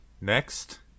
Next